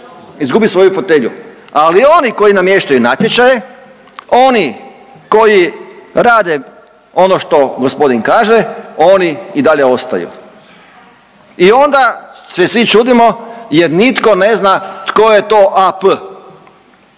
izgubi svoju fotelju. Ali oni koji namještaju natječaje, oni koji rade ono što gospodin kaže oni i dalje ostaju i onda se svi čudimo jer nitko ne zna tko je to AP.